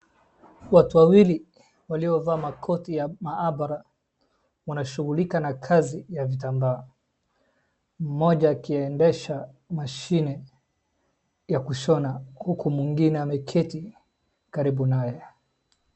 Watu wawili walio vaa makoti ya maabara wanashugulika na kazi ya vitambaa, moja kiendesha mashine ya kushona huku mwingine ameketi karibu nae.